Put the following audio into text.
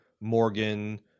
Morgan